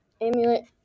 Amulet